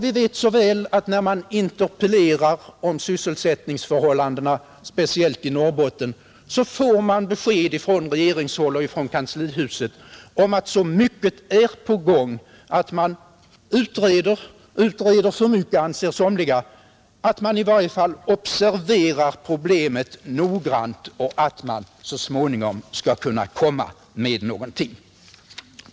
Vi vet såväl att när man interpellerar om sysselsättningsförhållandena, speciellt i Norrbotten, får man från regeringen och kanslihuset besked om att så mycket är på gång; att man utreder — för mycket anser somliga — att man i varje fall observerar problemet noggrant och så småningom skall kunna komma med någonting.